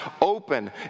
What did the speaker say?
open